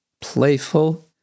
playful